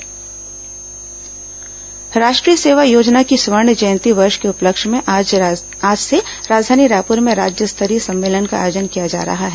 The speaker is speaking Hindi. राष्ट्रीय सेवा योजना राष्ट्रीय सेवा योजना की स्वर्ण जयंती वर्ष के उपलक्ष्य में आज से राजधानी रायपुर में राज्य स्तरीय सम्मेलन का आयोजन किया जा रहा है